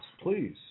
please